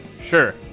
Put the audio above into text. Sure